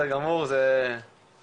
הוועדה מאפשרת.